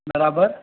બરાબર